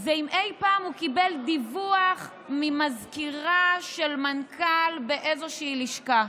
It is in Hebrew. זה אם אי פעם הוא קיבל דיווח ממזכירה של מנכ"ל באיזושהי לשכה,